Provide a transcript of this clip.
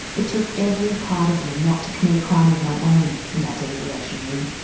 it took every part of me not to commit a crime of my own in that deliberation room.